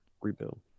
rebuild